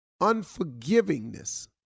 unforgivingness